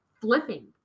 flipping